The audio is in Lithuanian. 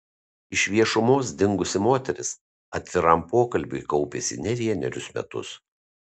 iš viešumos dingusi moteris atviram pokalbiui kaupėsi ne vienerius metus